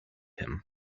him